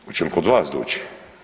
Oće li kod vas doći?